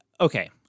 Okay